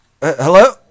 hello